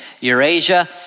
Eurasia